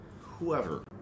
whoever